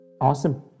Awesome